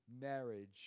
marriage